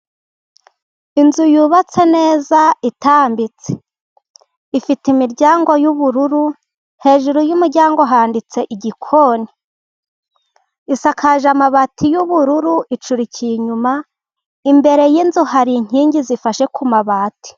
Inzu yubatse neza itambitse. Ifite imiryango y'ubururu, hejuru y'umuryango handitse igikoni. Isakaje amabati y'ubururu icurikiye inyuma, imbere y'inzu hari inkingi zifashe ku mabati.